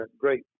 great